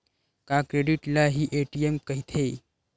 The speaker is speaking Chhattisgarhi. का क्रेडिट ल हि ए.टी.एम कहिथे?